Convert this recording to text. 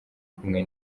kumwe